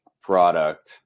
product